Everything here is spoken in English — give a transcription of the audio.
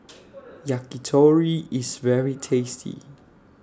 Yakitori IS very tasty